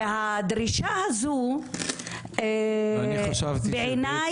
והדרישה הזו -- ואני חשבתי שעצם